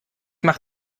mach